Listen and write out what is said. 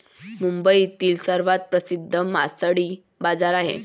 मुंबईतील सर्वात प्रसिद्ध मासळी बाजार आहे